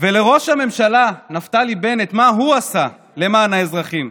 וראש הממשלה נפתלי בנט, מה הוא עשה למען האזרחים?